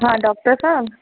हा डॉक्टर साहबु